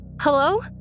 Hello